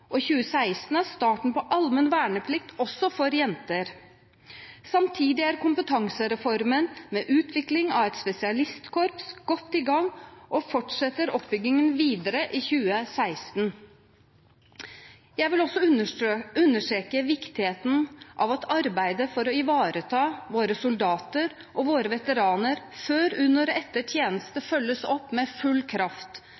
og 2016 er starten på allmenn verneplikt også for jenter. Samtidig er kompetansereformen med utvikling av et spesialistkorps godt i gang og fortsetter oppbyggingen videre i 2016. Jeg vil også understreke viktigheten av at arbeidet for å ivareta våre soldater og våre veteraner før, under og etter tjeneste følges opp med full kraft